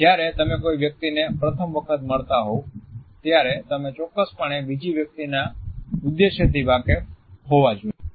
જ્યારે તમે કોઈ વ્યક્તિને પ્રથમ વખત મળતા હોવ ત્યારે તમે ચોક્કસપણે બીજી વ્યક્તિના ઉદ્દેશ્યથી વાકેફ હોવા જોઈએ